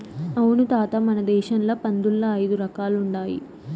అవును తాత మన దేశంల పందుల్ల ఐదు రకాలుండాయి